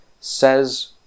says